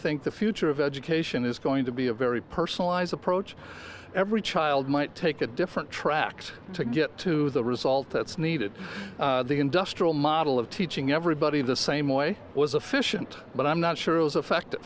think the future of education is going to be a very personalized approach every child might take a different tract to get to the result that's needed the industrial model of teaching everybody the same way was a fish and but i'm not sure it was effect